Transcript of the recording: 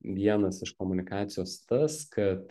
vienas iš komunikacijos tas kad